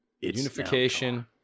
Unification